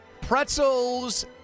Pretzels